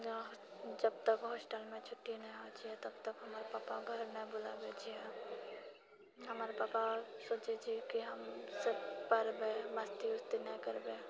जब तक हॉस्टलमे छुट्टी नहि होइत छियै तब तक हमर पपा घर नहि बुलाबै छियै हमर पप्पा सोचैत छै कि हम पढ़बै मस्ती वस्ती नहि करबै